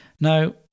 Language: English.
Now